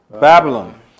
Babylon